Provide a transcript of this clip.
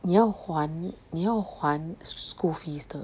你要还你要还 school fees 的